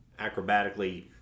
acrobatically